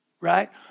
right